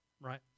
right